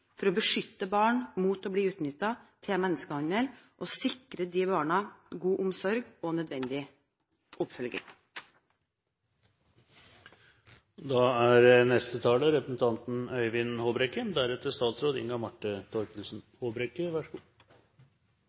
for å beskytte barn mot å bli utnyttet til menneskehandel og for å sikre disse barna god omsorg og nødvendig oppfølging. Menneskehandel er